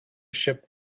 ship